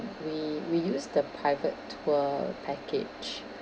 we we use the private tour package